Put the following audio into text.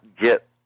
get